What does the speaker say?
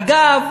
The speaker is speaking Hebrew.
אגב,